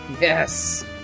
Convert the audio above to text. Yes